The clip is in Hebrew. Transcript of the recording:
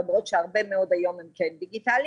למרות שהרבה אנשים היום הם כן דיגיטאליים,